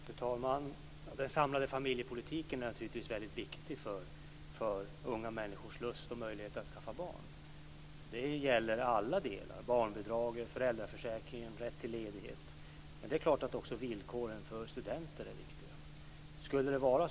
Fru talman! Den samlade familjepolitiken är naturligtvis viktig för unga människors lust och möjlighet att skaffa barn. Det gäller alla delar: barnbidraget, föräldraförsäkringen, rätten till ledighet. Men villkoren för studenter är naturligtvis också viktiga.